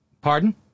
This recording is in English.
Pardon